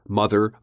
mother